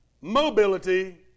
mobility